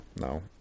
no